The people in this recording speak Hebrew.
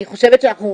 אני חושבת שאנחנו,